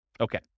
Okay